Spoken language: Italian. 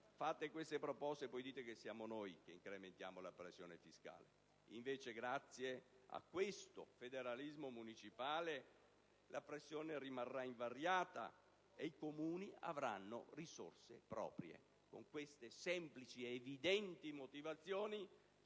fate queste proposte e poi dite che siamo noi ad incrementare la pressione fiscale. E invece, grazie a questo federalismo municipale, la pressione fiscale rimarrà invariata e i Comuni avranno risorse proprie. Sulla base di queste semplici ed evidenti motivazioni,